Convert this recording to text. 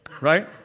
right